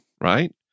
right